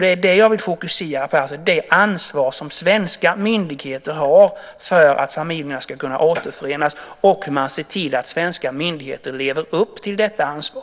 Det är det jag vill fokusera på, alltså det ansvar som svenska myndigheter har för att familjerna ska kunna återförenas och att man ser till att svenska myndigheter lever upp till detta ansvar.